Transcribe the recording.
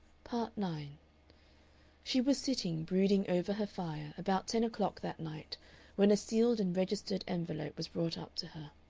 part nine she was sitting brooding over her fire about ten o'clock that night when a sealed and registered envelope was brought up to her.